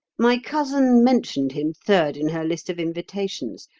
my cousin mentioned him third in her list of invitations.